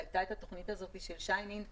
כשהתוכנית של שיינין הייתה,